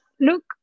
look